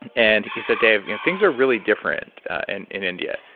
and he said, dave, you know things are really different and in india.